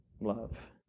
love